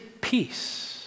peace